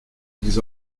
ils